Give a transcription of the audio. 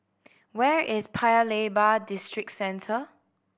where is Paya Lebar